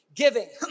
giving